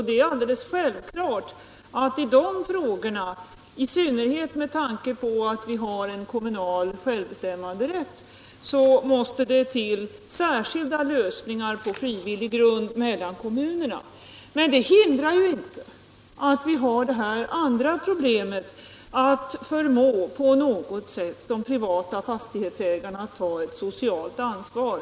Det är alldeles självklart att i de frågorna, i synnerhet med tanke på att vi har kommunal självbestämmanderätt, måste det till särskilda överenskommelser på frivillig grund mellan kommunerna. Det innebär emellertid inte att vi inte behöver ta itu med det andra problemet — att på något sätt förmå de privata fastighetsägarna att ta ett socialt ansvar.